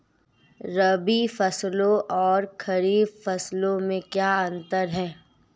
रबी फसलों और खरीफ फसलों में क्या अंतर है?